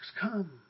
come